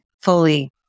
fully